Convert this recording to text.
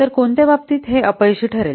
तर कोणत्या बाबतीत हे अपयशी ठरेल